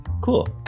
Cool